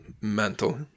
mental